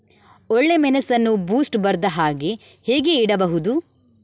ಒಳ್ಳೆಮೆಣಸನ್ನು ಬೂಸ್ಟ್ ಬರ್ದಹಾಗೆ ಹೇಗೆ ಇಡಬಹುದು?